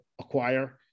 acquire